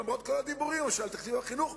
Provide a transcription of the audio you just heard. למרות כל הדיבורים על תקציב החינוך,